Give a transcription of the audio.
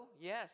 yes